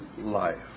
life